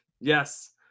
yes